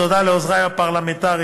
תודה לעוזרי הפרלמנטריים,